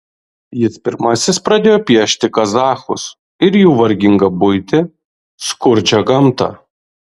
jis pirmasis pradėjo piešti kazachus ir jų vargingą buitį skurdžią gamtą